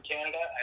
Canada